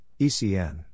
ECN